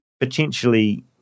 potentially